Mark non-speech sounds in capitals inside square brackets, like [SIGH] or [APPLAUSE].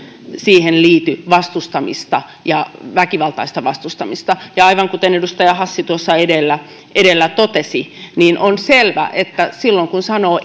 siihen liity vastustamista ja väkivaltaista vastustamista ja aivan kuten edustaja hassi tuossa edellä edellä totesi niin on selvää että silloin kun sanoo [UNINTELLIGIBLE]